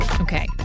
Okay